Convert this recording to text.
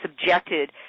subjected